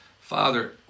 Father